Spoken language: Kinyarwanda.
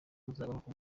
uzagaruka